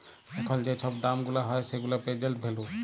এখল যে ছব দাম গুলা হ্যয় সেগুলা পের্জেল্ট ভ্যালু